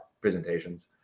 presentations